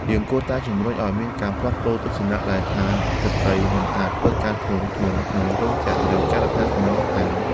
យើងគួរតែជំរុញឱ្យមានការផ្លាស់ប្តូរទស្សនៈដែលថាស្ត្រីមិនអាចធ្វើការងារធ្ងន់ៗក្នុងរោងចក្រ ឬការដ្ឋានសំណង់បាន។